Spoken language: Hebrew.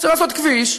רוצים לעשות כביש.